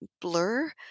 blur